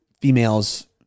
females